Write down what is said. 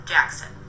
Jackson